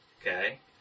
Okay